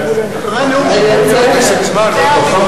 פסק זמן.